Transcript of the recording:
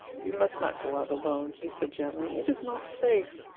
you must not go out alone, he said gently. it is not safe.